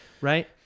Right